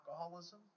alcoholism